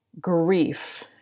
grief